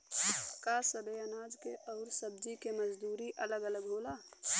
का सबे अनाज के अउर सब्ज़ी के मजदूरी अलग अलग होला?